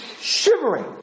shivering